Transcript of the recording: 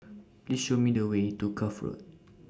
Please Show Me The Way to Cuff Road